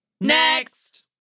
Next